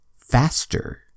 faster